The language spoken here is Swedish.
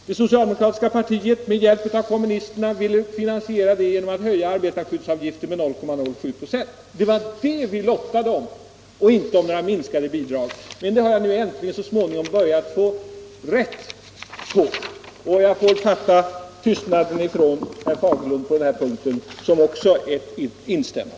Det socialdemokratiska partiet med hjälp av kommunisterna ville finansiera det genom att höja arbetarskyddsavgiften med 0,07 ”ö. Det var det vi lottade om och inte om några minskade bidrag. Nu har jag alltså äntligen börjat få rätt. Jag får väl fatta tystnaden från herr Fagerlund på den här punkten som ett tyst instämmande.